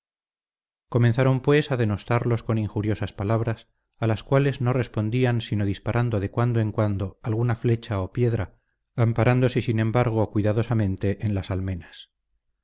comenzaron pues a denostarlos con injuriosas palabras a las cuales no respondían sino disparando de cuando en cuando alguna flecha o piedra amparándose sin embargo cuidadosamente en las almenas